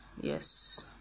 yes